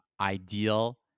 ideal